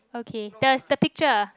okay the the picture